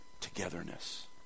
Togetherness